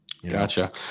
Gotcha